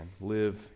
Live